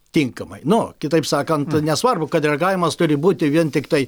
tinkamai nu kitaip sakant nesvarbu kad reagavimas turi būti vien tiktai